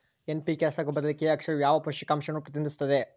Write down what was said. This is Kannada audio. ಎನ್.ಪಿ.ಕೆ ರಸಗೊಬ್ಬರದಲ್ಲಿ ಕೆ ಅಕ್ಷರವು ಯಾವ ಪೋಷಕಾಂಶವನ್ನು ಪ್ರತಿನಿಧಿಸುತ್ತದೆ?